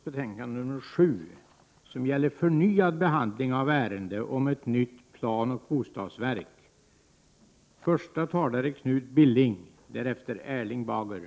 Det var alltså i detta sammanhang som jag tog upp skattefondssparandet.